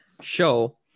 show